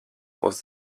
was